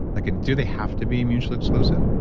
like, and do they have to be mutually exclusive?